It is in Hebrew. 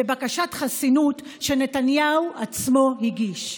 בבקשת חסינות שנתניהו עצמו הגיש.